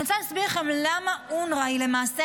אני רוצה להסביר לכם למה אונר"א היא למעשה